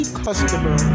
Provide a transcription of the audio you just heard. customer